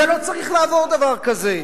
לא צריך לעבור דבר כזה.